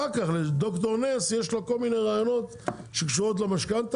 אחר כך לד"ר נס יש לו כל מיני רעיונות שקשורים למשכנתה.